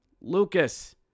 Lucas